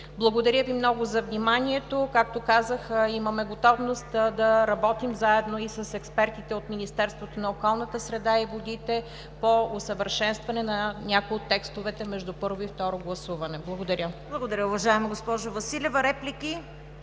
Благодаря Ви много за вниманието. Както казах, имаме готовност да работим заедно и с експертите от Министерството на околната среда и водите по усъвършенстване на някои от текстовете между първо и второ гласуване. Благодаря. ПРЕДСЕДАТЕЛ ЦВЕТА КАРАЯНЧЕВА: Благодаря, уважаема госпожо Василева. Реплики?